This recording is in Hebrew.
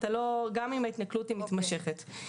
גם אם ההתנכלות מתמשכת.